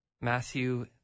Matthew